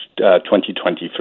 2023